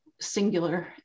singular